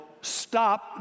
stop